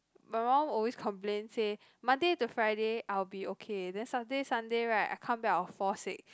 my mum always complains say Monday to Friday I will be okay then Saturday Sunday right I come back I will fall sick